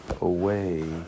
away